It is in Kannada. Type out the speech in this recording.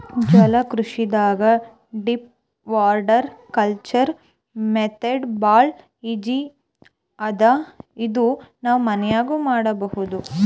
ಜಲಕೃಷಿದಾಗ್ ಡೀಪ್ ವಾಟರ್ ಕಲ್ಚರ್ ಮೆಥಡ್ ಭಾಳ್ ಈಜಿ ಅದಾ ಇದು ನಾವ್ ಮನ್ಯಾಗ್ನೂ ಮಾಡಬಹುದ್